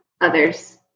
others